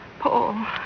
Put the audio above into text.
Paul